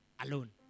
alone